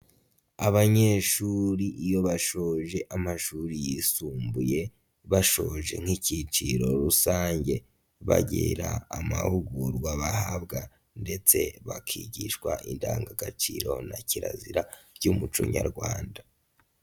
Abanyeshuri iyo bashoje amashuri yisumbuye bashoje nk'icyiciro rusange, bagira amahugurwa bahabwa ndetse bakigishwa indangagaciro na kirazira by'umuco Nyarwanda.